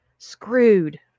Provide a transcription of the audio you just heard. Screwed